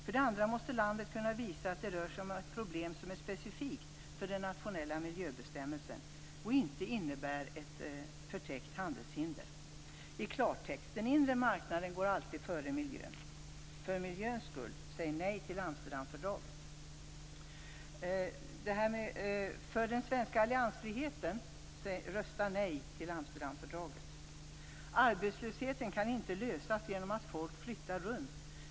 För det andra måste landet kunna visa att det rör sig om ett problem som är specifikt för den nationella miljöbestämmelsen och inte innebär ett "förtäckt handelshinder". I klartext: Den inre marknaden går alltid före miljön. För miljöns skull, säg nej till Amsterdamfördraget! För den svenska alliansfrihetens skull, rösta nej till Amsterdamfördraget! Arbetslöshetsfrågan kan inte lösas genom att folk flyttar runt.